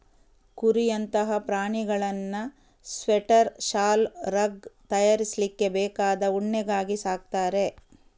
ಕುರಿಯಂತಹ ಪ್ರಾಣಿಗಳನ್ನ ಸ್ವೆಟರ್, ಶಾಲು, ರಗ್ ತಯಾರಿಸ್ಲಿಕ್ಕೆ ಬೇಕಾದ ಉಣ್ಣೆಗಾಗಿ ಸಾಕ್ತಾರೆ